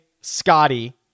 Scotty